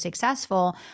successful